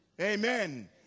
Amen